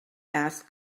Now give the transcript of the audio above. asked